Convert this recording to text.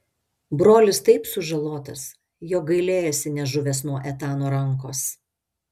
brolis taip sužalotas jog gailėjosi nežuvęs nuo etano rankos